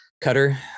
cutter